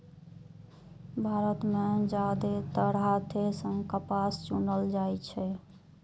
भारत मे जादेतर हाथे सं कपास चुनल जाइ छै